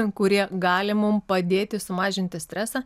kurie gali mum padėti sumažinti stresą